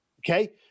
okay